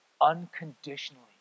unconditionally